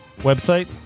website